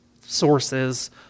sources